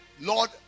lord